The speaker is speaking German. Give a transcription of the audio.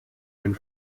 ein